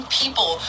people